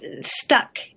stuck